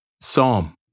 Psalm